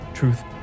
Truth